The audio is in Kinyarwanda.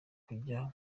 kujya